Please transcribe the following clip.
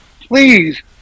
please